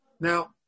Now